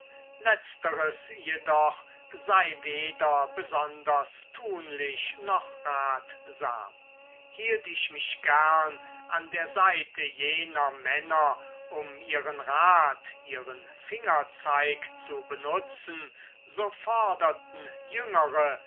letzteres jedoch sei weder besonders tunlich noch ratsam hielt ich mich gern an der seite jener männer um ihren rat ihren fingerzeig zu benutzen so forderten jüngere